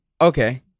Okay